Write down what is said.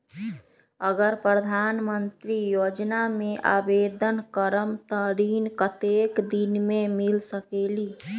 अगर प्रधानमंत्री योजना में आवेदन करम त ऋण कतेक दिन मे मिल सकेली?